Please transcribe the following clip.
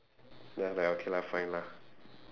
then I was like okay lah fine lah